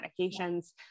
medications